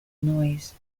noise